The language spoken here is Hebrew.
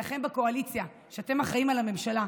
אליכם בקואליציה, שאתם אחראים לממשלה.